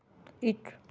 ਇੱਕ